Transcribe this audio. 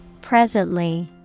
Presently